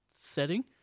setting